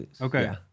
okay